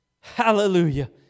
Hallelujah